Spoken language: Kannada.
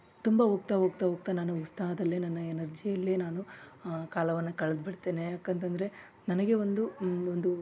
ತುಂಬ ಹೋಗ್ತ ಹೋಗ್ತ ಹೋಗ್ತ ನಾನು ಉತ್ಸಾಹದಲ್ಲೇ ನನ್ನ ಎನರ್ಜಿಯಲ್ಲೆ ನಾನು ಕಾಲವನ್ನು ಕಳ್ದು ಬಿಡ್ತೇನೆ ಯಾಕಂತಂದರೆ ನನಗೆ ಒಂದು ಒಂದು